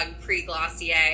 pre-Glossier